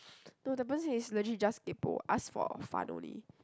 no the person is legit just kaypoh ask for fun only